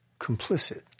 complicit